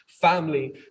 family